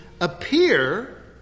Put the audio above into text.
appear